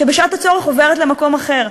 שבשעת הצורך עוברת למקום אחר.